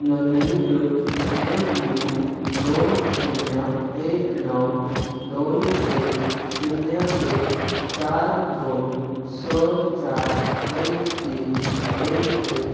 नोंदणीकृत M U दोन शुन्य एक णव दोन एक शुन्य एक चार दोन स चार एक तीन एक एक